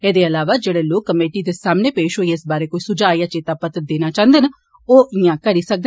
एहदे इलावा जेड़े लोक कमेटी दे सामने पेश होड़ए इस बारै कोई सुझाब या चेत्ता पत्र देना चाहन्दे न ओ इयां करी सकदे